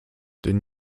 den